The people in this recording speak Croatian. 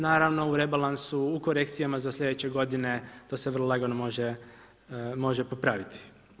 Naravno, u rebalansu u korekcijama za slijedeće godine to se vrlo lagano može popraviti.